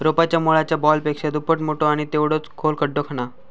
रोपाच्या मुळाच्या बॉलपेक्षा दुप्पट मोठो आणि तेवढोच खोल खड्डो खणा